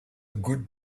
good